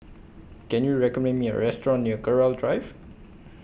Can YOU recommend Me A Restaurant near Gerald Drive